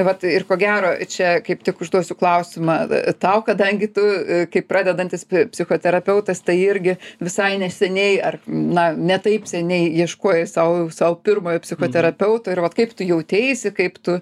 vat ir ko gero čia kaip tik užduosiu klausimą tau kadangi tu kaip pradedantis psichoterapeutas tai irgi visai neseniai ar na ne taip seniai ieškojai sau sau pirmojo psichoterapeuto ir vat kaip tu jauteisi kaip tu